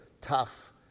tough